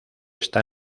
está